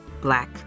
Black